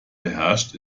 beherrscht